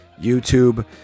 YouTube